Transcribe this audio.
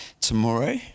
tomorrow